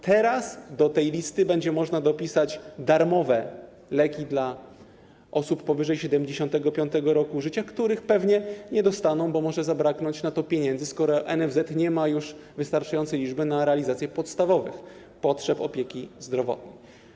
Teraz do tej listy będzie można dopisać darmowe leki dla osób powyżej 75. roku życia, których pewnie nie dostaną, bo może zabraknąć na to pieniędzy, skoro NFZ nie ma już wystarczającej kwoty na realizację podstawowych potrzeb opieki zdrowotnej.